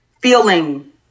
feeling